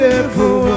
Beautiful